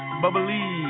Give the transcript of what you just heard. bubbly